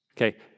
Okay